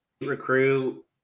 recruit